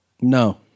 No